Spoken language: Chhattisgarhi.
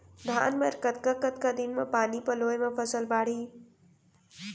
धान बर कतका कतका दिन म पानी पलोय म फसल बाड़ही?